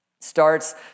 starts